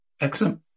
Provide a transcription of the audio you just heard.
Excellent